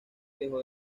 dejó